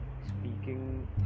speaking